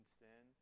sin